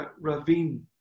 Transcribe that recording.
Ravine